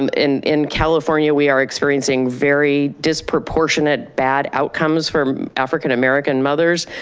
um in in california, we are experiencing very disproportionate bad outcomes for african american mothers,